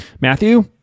Matthew